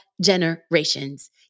generations